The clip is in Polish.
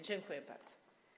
Dziękuję bardzo.